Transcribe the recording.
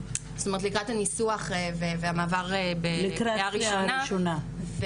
לקראת הניסוח והמעבר לקריאה ראשונה,